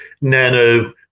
nano